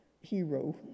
hero